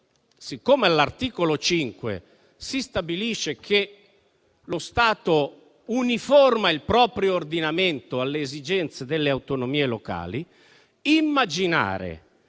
Siccome all'articolo 5 si stabilisce che lo Stato uniforma il proprio ordinamento alle esigenze delle autonomie locali, immaginare